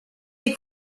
est